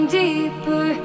deeper